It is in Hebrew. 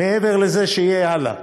מעבר לזה, שיהיה הלאה.